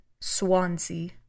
Swansea